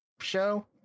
show